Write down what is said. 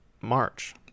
March